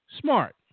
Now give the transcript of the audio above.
smart